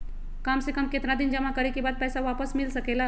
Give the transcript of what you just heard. काम से कम केतना दिन जमा करें बे बाद पैसा वापस मिल सकेला?